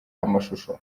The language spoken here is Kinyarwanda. amashusho